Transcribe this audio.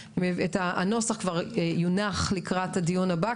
שהנוסח כבר יונח לקראת הדיון הבא,